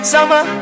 Summer